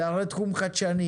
זה הרי תחום חדשני,